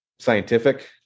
Scientific